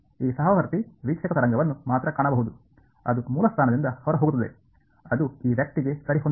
ಈ ಸಹವರ್ತಿ ವೀಕ್ಷಕ ತರಂಗವನ್ನು ಮಾತ್ರ ಕಾಣಬಹುದು ಅದು ಮೂಲಸ್ಥಾನದಿಂದ ಹೊರಹೋಗುತ್ತದೆ ಅದು ಈ ವ್ಯಕ್ತಿಗೆ ಸರಿಹೊಂದುತ್ತದೆ